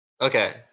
Okay